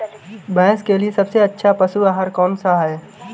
भैंस के लिए सबसे अच्छा पशु आहार कौनसा है?